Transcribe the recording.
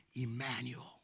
Emmanuel